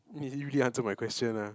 you didn't really answer my question ah